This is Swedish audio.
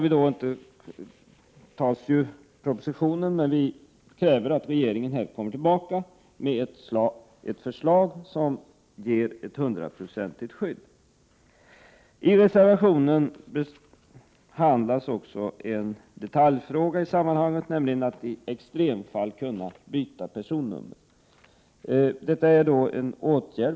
Vi kräver alltså att regeringen återkommer med ett förslag om ett hundraprocentigt skydd. I reservationen behandlas också en detaljfråga i sammanhanget, nämligen att det i extremfall skall vara möjligt att byta personnummer.